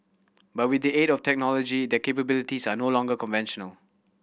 but with the aid of technology their capabilities are no longer conventional